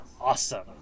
awesome